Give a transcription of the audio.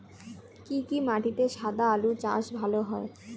কি কি মাটিতে সাদা আলু চাষ ভালো হয়?